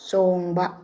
ꯆꯣꯡꯕ